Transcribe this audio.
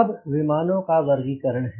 अब विमानों का वर्गीकरण है